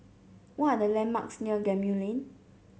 what are the landmarks near Gemmill Lane